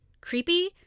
creepy